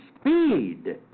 speed